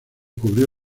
cubrió